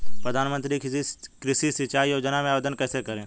प्रधानमंत्री कृषि सिंचाई योजना में आवेदन कैसे करें?